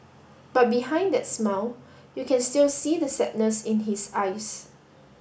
but behind that smile you can still see the sadness in his eyes